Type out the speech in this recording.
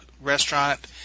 restaurant